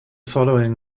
following